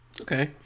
Okay